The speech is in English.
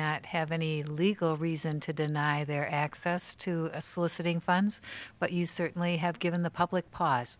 not have any legal reason to deny their access to soliciting funds but you certainly have given the public pause